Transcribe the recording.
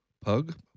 Pug